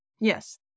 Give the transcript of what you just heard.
Yes